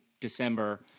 December